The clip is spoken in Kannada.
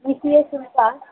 ಬಿ ಸಿ ಎ ಶುಲ್ಕ